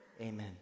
amen